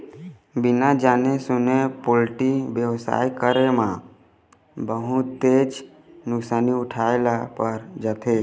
बिना जाने सूने पोल्टी बेवसाय करे म बहुतेच नुकसानी उठाए ल पर जाथे